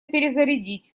перезарядить